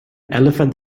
elephant